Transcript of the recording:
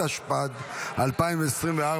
התשפ"ד 2024,